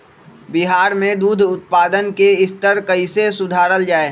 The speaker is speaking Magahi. बिहार में दूध उत्पादन के स्तर कइसे सुधारल जाय